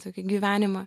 tokį gyvenimą